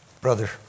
Brother